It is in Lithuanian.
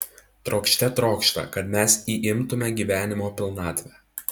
trokšte trokšta kad mes įimtume gyvenimo pilnatvę